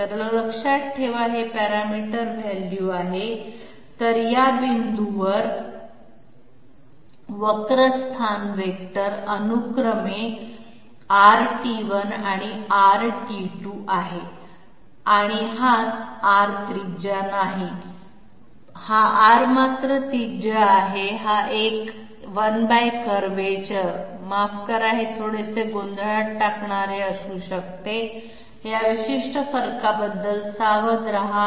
तर लक्षात ठेवा हे पॅरामीटर व्हॅल्यू आहे तर या बिंदूंवर वक्र स्थान वेक्टर अनुक्रमे R आणि R आहे हा R त्रिज्या नाही हा R मात्र त्रिज्या आहे हा एक 1वक्रता मला माफ करा हे थोडेसे गोंधळात टाकणारे असू शकते या विशिष्ट फरकाबद्दल सावध रहा